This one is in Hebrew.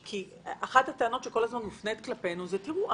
אחת הטענות שכל הזמן מופנית כלפינו: תראו,